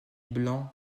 blanc